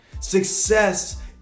Success